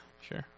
sure